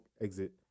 Exit